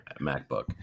MacBook